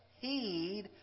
heed